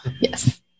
Yes